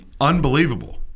unbelievable